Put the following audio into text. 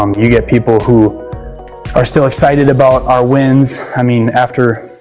um you get people who are still excited about our wins. i mean, after